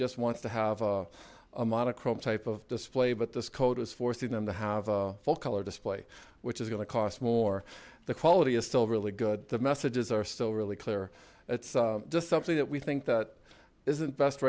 just wants to have a monochrome type of display but this code is forcing them to have full color display which is going to cost more the quality is still really good the messages are still really clear it's just something that we think that isn't best